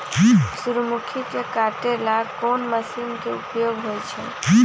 सूर्यमुखी के काटे ला कोंन मशीन के उपयोग होई छइ?